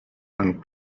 and